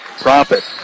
Profit